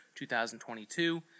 2022